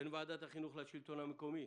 בין ועדת החינוך לשלטון המקומי